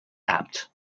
apt